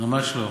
ממש לא.